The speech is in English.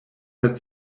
had